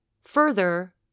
Further